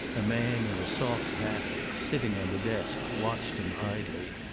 a man in a soft hat, sitting on the desk, watched him idly.